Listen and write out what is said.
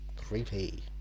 creepy